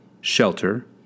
shelter